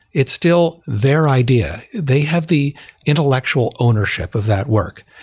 it's still there idea. they have the intellectual ownership of that work.